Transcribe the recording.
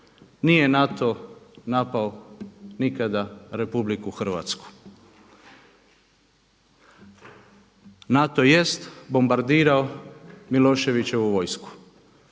Nije NATO napao nikada Republiku Hrvatsku. NATO jest bombardirao Miloševićevu vojsku